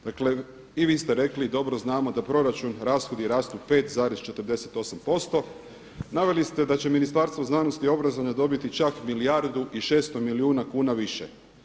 Dakle, i vi ste rekli i dobro znamo da proračun rashodi rastu 5,48%, naveli ste da će Ministarstvo znanosti, obrazovanja dobiti čak 1 milijardu i 600 milijuna kuna više.